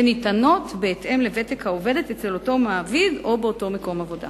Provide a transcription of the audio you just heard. שניתנות בהתאם לוותק של העובדת אצל אותו מעביד או באותו מקום עבודה.